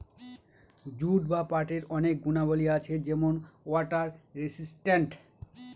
jute বা পাটের অনেক গুণাবলী আছে যেমন ওয়াটার রেসিস্টেন্ট